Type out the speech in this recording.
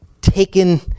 taken